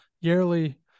yearly